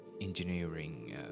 engineering